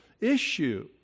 issue